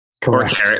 Correct